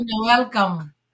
Welcome